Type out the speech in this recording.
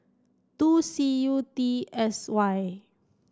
two C U T S Y